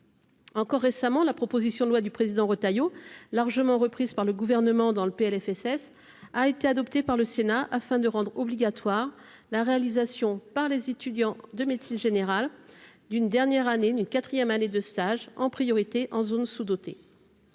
Encore récemment, la proposition de loi du président Retailleau, largement reprise par le Gouvernement dans le PLFSS, a été adoptée par le Sénat afin de rendre obligatoire la réalisation par les étudiants de médecine générale d'une quatrième année de stage en priorité en zones sous-dotées.